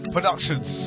Productions